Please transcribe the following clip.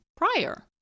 prior